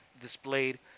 displayed